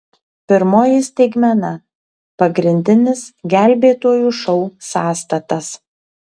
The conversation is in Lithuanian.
pirmoji staigmena pagrindinis gelbėtojų šou sąstatas